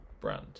brand